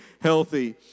healthy